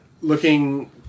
Looking